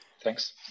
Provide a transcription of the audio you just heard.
Thanks